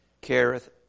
careth